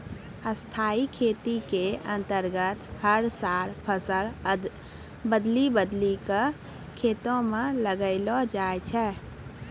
स्थाई खेती के अन्तर्गत हर साल फसल बदली बदली कॅ खेतों म लगैलो जाय छै